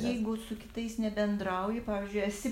jeigu su kitais nebendrauji pavyzdžiui esi